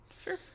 sure